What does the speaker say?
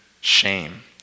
shame